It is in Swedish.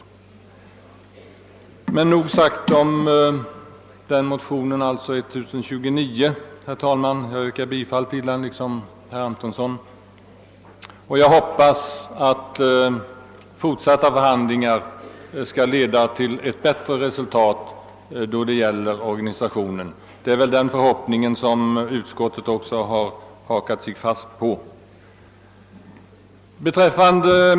Därmed nog sagt om motionen 11: 1029, som behandlar denna fråga och som jag i likhet med herr Antonsson yrkar bifall till. Jag hoppas att fortsatta förhandlingar skall leda till ett bättre resultat i fråga om organisationen. Det är väl den förhoppningen som även utskottet hakat sig fast vid.